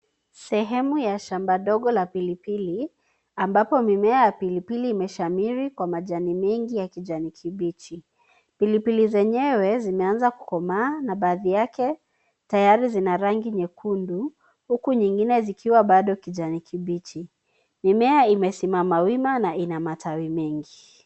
Sehemu ya shamba dogo la pilipili ambapo mimea ya pilipili imeshamiri kwa majani mengi ya kijani kibichi. Pilipili zenyewe zimeanza kukomaa na baadhi yake tayari zina rangi nyekundu huku zingine bado zikiwa kijani kibichi. Mimea imesimama wima na ina matawi mengi.